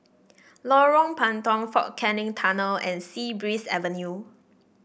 Lorong Puntong Fort Canning Tunnel and Sea Breeze Avenue